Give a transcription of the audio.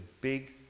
big